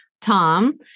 Tom